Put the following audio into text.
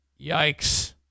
Yikes